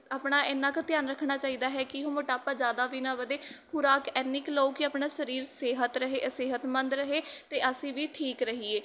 ਆਪਣਾ ਇੰਨਾਂ ਕੁ ਧਿਆਨ ਰੱਖਣਾ ਚਾਹੀਦਾ ਹੈ ਕਿ ਉਹ ਮੋਟਾਪਾ ਜ਼ਿਆਦਾ ਵੀ ਨਾ ਵਧੇ ਖੁਰਾਕ ਇੰਨੀ ਕੁ ਲਓ ਕਿ ਆਪਣਾ ਸਰੀਰ ਸਿਹਤ ਰਹੇ ਸਿਹਤਮੰਦ ਰਹੇ ਅਤੇ ਅਸੀਂ ਵੀ ਠੀਕ ਰਹੀਏ